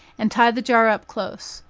and tie the jar up close.